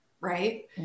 Right